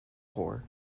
poor